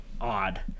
odd